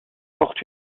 porte